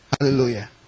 Hallelujah